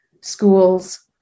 schools